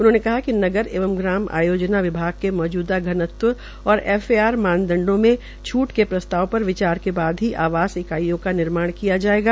उन्होंने कहा कि नगर एवं ग्राम आयोजना विभाग के मौजूदा घनत्व और एफ ए आर मानदंडों मे छूट के प्रस्ताव पर विचार के बाद ही आवास इकाइयों का निर्माण किया जायेगा